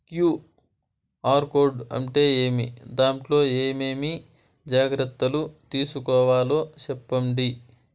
QR code అంటే ఏమి? దాంట్లో ఏ ఏమేమి జాగ్రత్తలు తీసుకోవాలో సెప్పండి?